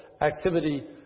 activity